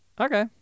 Okay